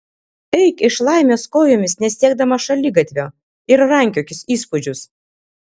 eik iš laimės kojomis nesiekdamas šaligatvio ir rankiokis įspūdžius